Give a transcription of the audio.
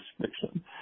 fiction